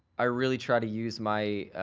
i really try to use my